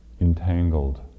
entangled